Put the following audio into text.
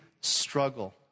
struggle